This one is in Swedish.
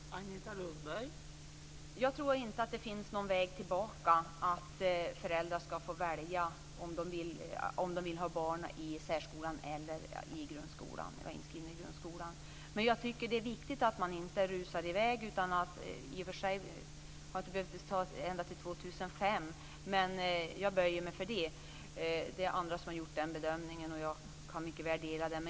Fru talman! Jag tror inte att det finns någon väg tillbaka när det gäller föräldrars rätt att välja om de vill ha sina barn i grundskolan eller i särskolan. Men det är viktigt att man inte rusar i väg. Det behöver kanske i och för sig inte ta ända till år 2005, men jag böjer mig för den bedömning som andra har gjort. Jag kan mycket väl dela den.